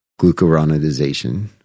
glucuronidization